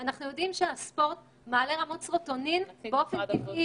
אנחנו יודעים שספורט מעלה רמות סרוטונין באופן טבעי,